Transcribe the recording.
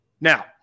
Now